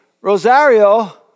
Rosario